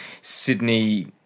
Sydney